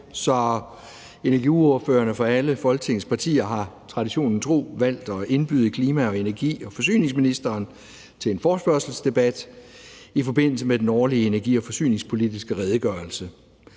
så energiordførerne for alle Folketingets partier har traditionen tro valgt at indbyde klima-, energi- og forsyningsministeren til en forespørgselsdebat i forbindelse med den årlige energi- og forsyningspolitiske redegørelse.